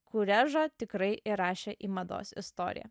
kurežą tikrai įrašė į mados istoriją